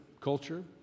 culture